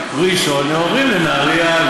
הם מגיעים לפריפריה ובוחרים להיות בנהריה,